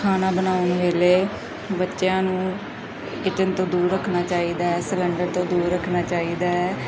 ਖਾਣਾ ਬਣਾਉਣ ਵੇਲੇ ਬੱਚਿਆਂ ਨੂੰ ਕਿਚਨ ਤੋਂ ਦੂਰ ਰੱਖਣਾ ਚਾਹੀਦਾ ਹੈ ਸਿਲੰਡਰ ਤੋਂ ਦੂਰ ਰੱਖਣਾ ਚਾਹੀਦਾ ਹੈ